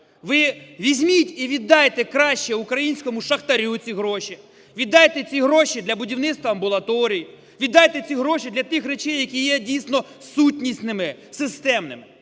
Ви візьміть і віддайте краще українському шахтарю ці гроші, віддайте ці гроші для будівництва амбулаторій, віддайте ці гроші для тих речей, які є дійсно сутнісними, системними.